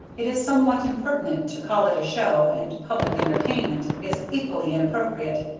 it is somewhat impertinent to call it a show, and public entertainment is equally inappropriate,